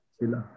sila